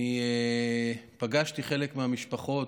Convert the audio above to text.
אני פגשתי חלק מהמשפחות,